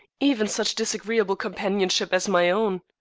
even such disagreeable companionship as my own.